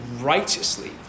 righteously